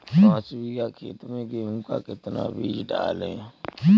पाँच बीघा खेत में गेहूँ का कितना बीज डालें?